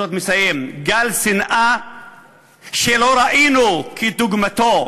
שנאה שלא ראינו כדוגמתו.